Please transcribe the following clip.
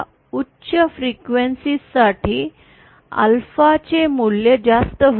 तर या उच्च वारंवारते साठी अल्फा चे मूल्य जास्त होते